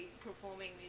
performing